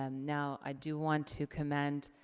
um now, i do want to commend